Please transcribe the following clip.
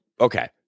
Okay